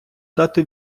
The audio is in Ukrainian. дати